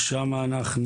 ושם אנחנו